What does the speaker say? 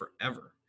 forever